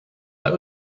that